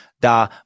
da